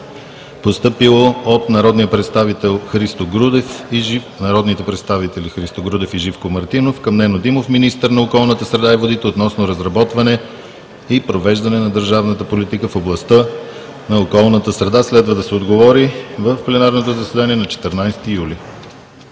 постъпило от народните представители Христо Грудев и Живко Мартинов към Нено Димов – министър на околната среда и водите, относно разработване и провеждане на държавната политика в областта на околната среда. Следва да се отговори в пленарното заседание на 14 юли.